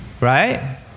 right